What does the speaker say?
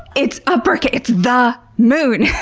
it's upper case! it's the moon!